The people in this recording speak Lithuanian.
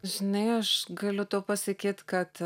žinai aš galiu tau pasakyt kad